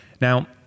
Now